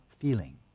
feeling